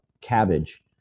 cabbage